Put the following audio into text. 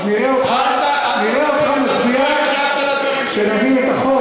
אז נראה אותך מצביע כשנביא את החוק.